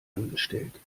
angestellt